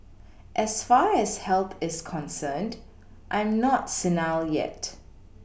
as far as health is concerned I'm not senile yet